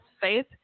faith